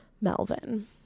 Melvin